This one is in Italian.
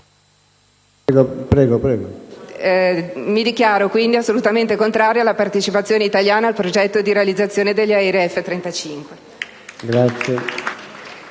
mi dichiaro assolutamente contraria alla partecipazione italiana al Progetto di realizzazione degli aerei